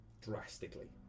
drastically